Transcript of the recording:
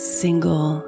single